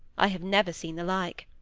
i have never seen the like.